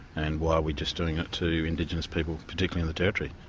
and why are we just doing it to indigenous people particularly in the territory?